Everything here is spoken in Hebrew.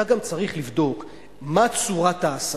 אתה גם צריך לבדוק מה צורת ההעסקה,